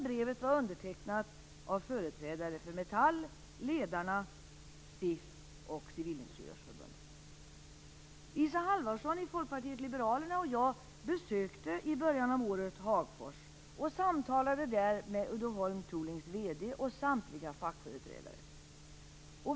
Brevet var undertecknat av företrädare för Metall, Ledarna, SIF och Isa Halvarsson i Folkpartiet liberalerna och jag besökte i början av året Hagfors och samtalade där med Uddeholm Toolings VD och samtliga fackföreträdare.